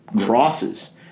crosses